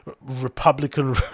Republican